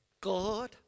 God